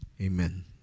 Amen